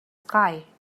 sky